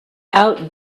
out